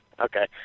Okay